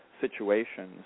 situations